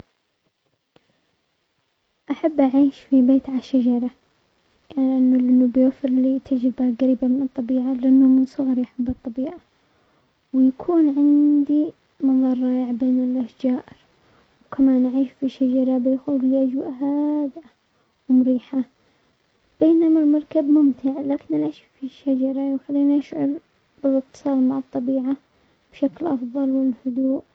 احب اعيش في بيت على الشجرة لان بيوفر لي تجربة قريبة من الطبيعة لانه من صغري احب الطبيعة، ويكون عندي مظرة رائع بين الاشجار، وكمان اعيش في شجرة بيكون في اجواء هادئة ومريحة بينما المركب ممتع لكن انا العيش في شجرة يخليني اشعر بالاتصال مع الطبيعة بشكل افضل والهدوء.